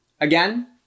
again